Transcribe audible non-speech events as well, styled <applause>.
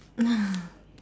<laughs>